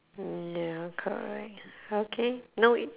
mm ya correct okay know it